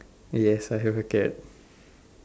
yes I have a cat